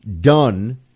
done